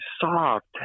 soft